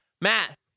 Matt